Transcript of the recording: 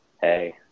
hey